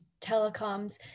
telecoms